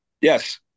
Yes